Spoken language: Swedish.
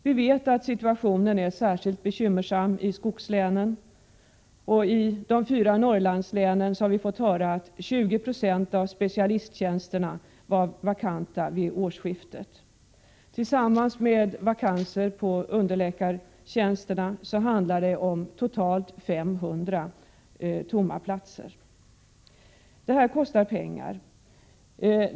Vi vet att situationen är särskilt bekymmersam i skogslänen, och vi har nu fått höra att 20 96 av specialisttjänsterna i de fyra Norrlandslänen var vakanta vid årsskiftet. Tillsammans med vakanserna på underläkartjänster handlar det om totalt 500 tomma platser. Det här kostar pengar.